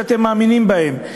שאתם מאמינים בהם,